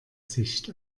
sicht